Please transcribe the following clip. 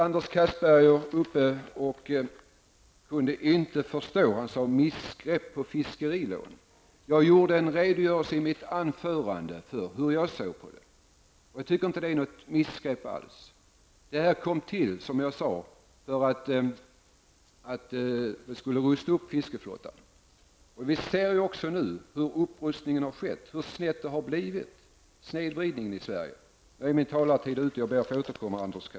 Anders Castberger sade att han inte kunde förstå. Han talade om missgrepp avseende fiskerilånen. I mitt anförande redogjorde jag för hur jag ser på den saken. Enligt min mening rör det sig inte alls om något missgrepp. Detta kom till för att man skulle rusta upp fiskeflottan. Nu kan man se hur denna upprustning har gått till och hur snett det har blivit i Sverige. Nu är min taletid ute. Jag ber att få återkomma till